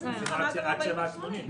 נזק מלחמה זה גם בין 40 80 קילומטר.